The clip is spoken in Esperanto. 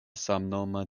samnoma